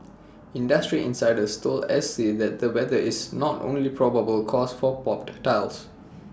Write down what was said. industry insiders told S T that the weather is not only probable cause for popped tiles